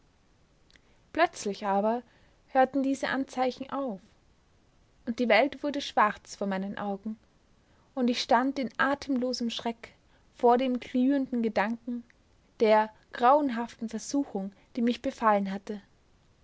plötzlich aber hörten diese anzeichen auf und die welt wurde schwarz vor meinen augen und ich stand in atemlosem schreck vor dem glühenden gedanken der grauenhaften versuchung die mich befallen hatte